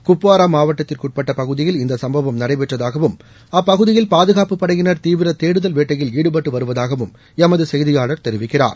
குப்புவாரா மாவட்டத்திற்குட்பட்ட பகுதியில் இந்த சம்பவம் நடைபெற்றதாகவும் அப்பகுதியில் பாதுகாப்புப் படையினர் தீவிர தேடுதல் வேட்டையில் ஈடுபட்டு வருவதாகவும் எமது செய்தியாளர் தெரிவிக்கிறார்